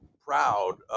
proud